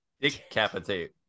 Decapitate